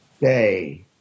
day